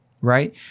Right